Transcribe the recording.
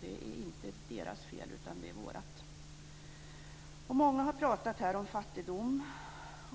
Det är inte deras fel utan vårt. Många här har talat om fattigdom.